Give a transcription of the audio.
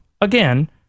again